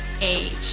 age